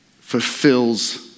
fulfills